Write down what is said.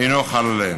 אינו חל עליהם.